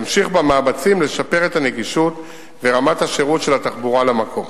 וימשיך במאמצים לשפר את הנגישות ואת רמת השירות של התחבורה למקום.